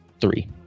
three